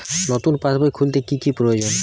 নতুন পাশবই খুলতে কি কি প্রয়োজন?